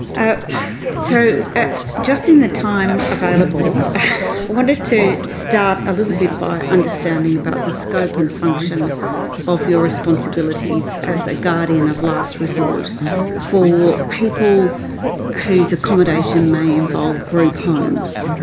ah so just in the time available, i wanted to start a little bit by understanding about the scope and function of your responsibilities as a guardian of last resort for people whose accommodation may involve group homes.